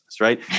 right